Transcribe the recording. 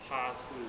他是